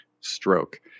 stroke